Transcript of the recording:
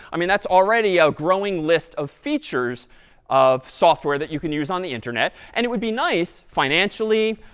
i mean, that's already a growing list of features of software that you can use on the internet, and it would be nice, financially,